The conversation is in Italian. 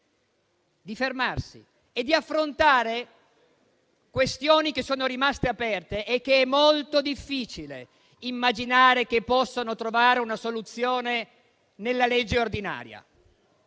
di fermarsi e di affrontare questioni che sono rimaste aperte e che è molto difficile immaginare possano trovare soluzione nella legge ordinaria.